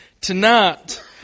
tonight